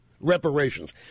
Reparations